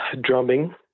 drumming